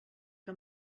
que